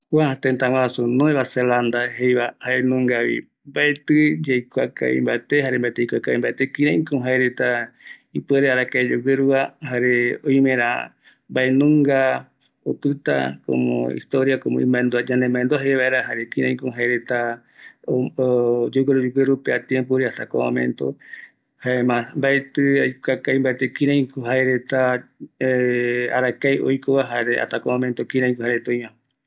Kua tëtä jaenungavi, aikuaavi kïraïko jaereta arakae yave oikova, aendu kua tëtä jee, ëreï oimeko mbae yemboavairupi oikova aikuaa, ëreï opaeteko tëtä oiko vaera, oasako ikavi mbaeva rupi, jaeramo oïme tëtäreta añave rupi oyeesa